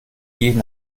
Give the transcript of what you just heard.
jeden